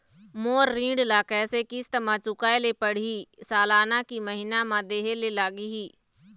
मोर ऋण ला कैसे किस्त म चुकाए ले पढ़िही, सालाना की महीना मा देहे ले लागही?